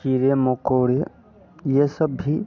कीड़े मकोड़े यह सब भी